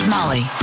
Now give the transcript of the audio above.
Molly